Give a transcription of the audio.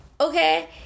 okay